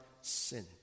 sin